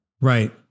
Right